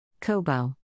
Kobo